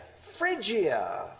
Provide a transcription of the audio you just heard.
Phrygia